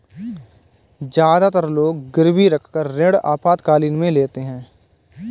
ज्यादातर लोग गिरवी रखकर ऋण आपातकालीन में लेते है